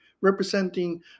representing